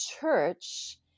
church